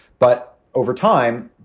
but over time,